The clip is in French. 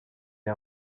les